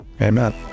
Amen